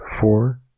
four